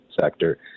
sector